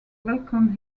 welcome